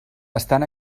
estan